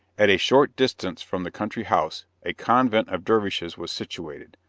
at a short distance from the country house, a convent of dervishes was situated,